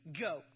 go